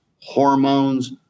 hormones